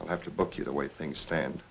i have to book you the way things stand